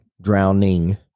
Drowning